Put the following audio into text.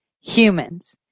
humans